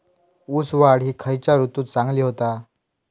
ऊस वाढ ही खयच्या ऋतूत चांगली होता?